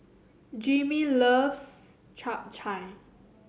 Jimmy loves Chap Chai